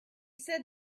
said